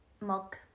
mug